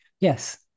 yes